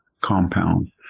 compound